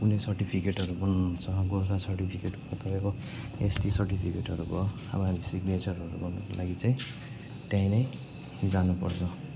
कुनै सर्टिफिकेटहरू बनाउनु छ गोर्खा सर्टिफिकेटहरू तपाईँको एसटी सर्टिफिकेटहरू भयो अबो सिग्नेचरहरू गर्नुको लागि चाहिँ त्यहीँ नै जानु पर्छ